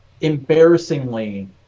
Embarrassingly